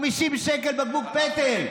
50 שקל בקבוק פטל.